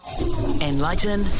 Enlighten